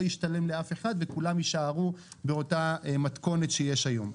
ישתלם לאף אחד וכולם ישארו באותה מתכונת שיש היום.